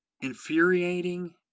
infuriating